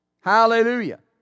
Hallelujah